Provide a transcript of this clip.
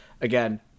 again